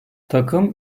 takım